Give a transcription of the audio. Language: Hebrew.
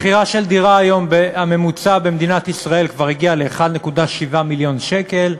מחירה הממוצע של דירה היום במדינת ישראל כבר הגיע ל-1.7 מיליון שקל,